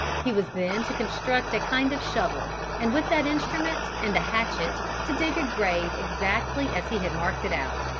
he was then to construct a kind of shovel, and with that instrument and the hatchet to dig a grave exactly as he had marked it out.